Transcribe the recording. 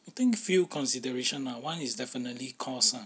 I think few consideration lah one is definitely cost ah